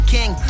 King